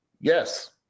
yes